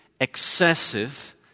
excessive